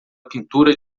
pintura